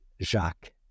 Jacques